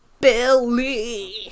BILLY